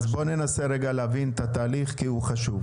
בוא ננסה רגע להבין את התהליך כי הוא חשוב.